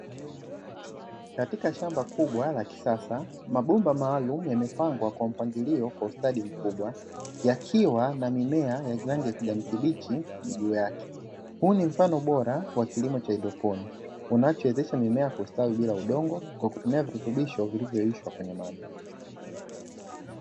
Katika shamba kubwa la kisasa mabumba maalumu yamepangwa kwa mpangilio kwa ustadi mkubwa, yakiwa na mimea ya rangi ya kijani kibichi juu yake, huu ni mfano bora wa kilimo cha hydroponi unachowezesha mimea kustawi bila udongo kwa kutumia virutubisho vilivyoyeyushwa kwenye maji.